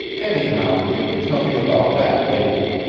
anyhow, you can tell me about that later.